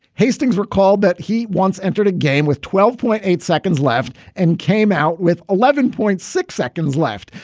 hastings recalled that he wants entered a game with twelve point eight seconds left and came out with eleven point six seconds left.